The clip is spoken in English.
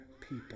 people